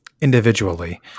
individually